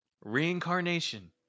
Reincarnation